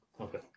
Okay